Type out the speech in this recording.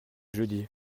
jeudi